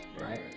right